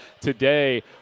today